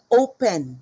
open